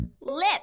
Lip